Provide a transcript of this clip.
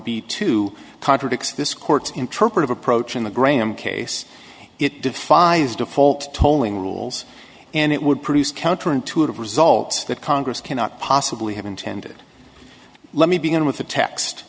b two contradicts this court's interpretive approach in the graham case it defies default tolling rules and it would produce counter intuitive results that congress cannot possibly have intended let me begin with the text